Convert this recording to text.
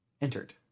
entered